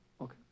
Okay